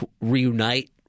reunite